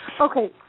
Okay